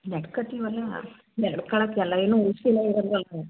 ನಡ್ಕೋತಿವಲ್ಲ ನಡ್ಕೋಳಕ್ಕೆಲ್ಲ ಏನು ಉಳಿಸಿಲ್ಲ